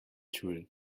true